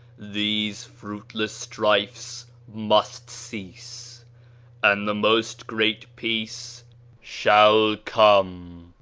these fruitless strifes must cease and the most great peace shall come!